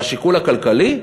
והשיקול הכלכלי?